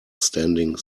standing